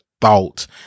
thought